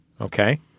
Okay